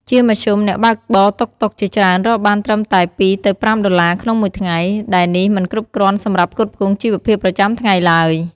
ជាមធ្យម អ្នកបើកបរតុកតុកជាច្រើនរកបានត្រឹមតែ ២ ទៅ ៥ ដុល្លារក្នុងមួយថ្ងៃ ដែលនេះមិនគ្រប់គ្រាន់សម្រាប់ផ្គត់ផ្គង់ជីវភាពប្រចាំថ្ងៃទ្បើយ។